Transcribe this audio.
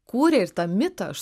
kūrė ir tą mitą aš